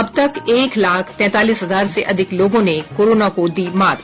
अब तक एक लाख तैंतालीस हजार से अधिक लोगों ने कोरोना को दी मात